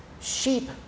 sheep